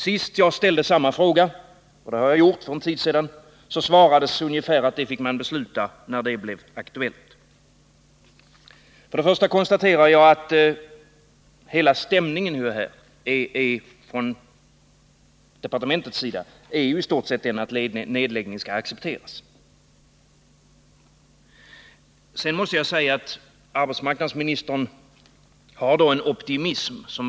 Sist jag ställde samma fråga, vilket jag har gjort för en tid sedan, svarades ungefär att det fick man besluta om, när det blev aktuellt. Vad jag nu först och främst konstaterar är att den inställning från departementets sida som kommit till uttryck är att en nedläggning i stort sett skall accepteras. Sedan måste jag säga att den optimism som arbetsmarknadsministern visar här är något svårförståelig.